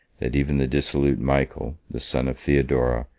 that even the dissolute michael, the son of theodora,